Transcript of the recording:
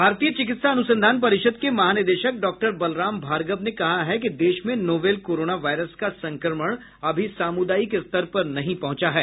भारतीय चिकित्सा अनुसंधान परिषद के महानिदेशक डॉक्टर बलराम भार्गव ने कहा है कि देश में नोवल कोरोना वायरस का संक्रमण अभी सामुदायिक स्तर पर नहीं पहुंचा है